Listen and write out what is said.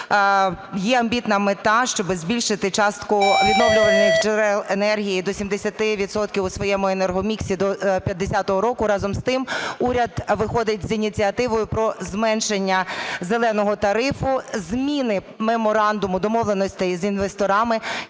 Є амбітна мета, щоб збільшити частку відновлювальних джерел енергії до 70 відсотків у своєму енергоміксі до 50-го року. Разом з тим уряд виходить з ініціативою про зменшення "зеленого" тарифу. Зміни меморандуму, домовленостей з інвесторами.